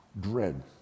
Dread